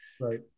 Right